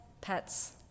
Pets